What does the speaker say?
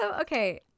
okay